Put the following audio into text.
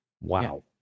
Wow